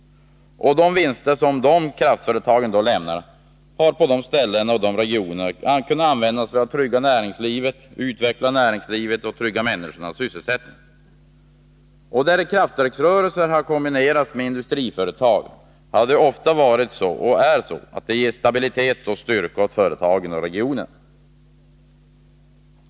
De vinster som dessa kraftföretag lämnar har där kunnat användas för att utveckla näringslivet och trygga människornas sysselsättning. Där kraftverksrörelser kombinerats med industriföretag har det ofta gett stabilitet och styrka åt företagen och regionen.